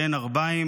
"בין ערביים".